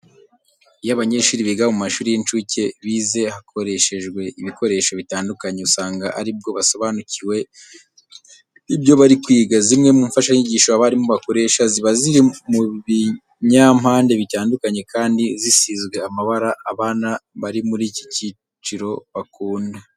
Iyo abanyeshuri biga mu mashuri y'incuke bize hakoreshejwe ibikoresho bitandukanye, usanga ari bwo basobanukiwe ibyo bari kwiga. Zimwe mu mfashanyigisho abarimu bakoresha ziba ziri mu binyampande bitandukanye kandi zisizwe amabara abana bari muri iki cyiciro bakunda.